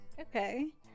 Okay